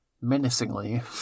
menacingly